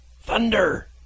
Thunder